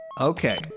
Okay